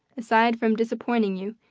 aside from disappointing you,